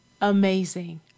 Amazing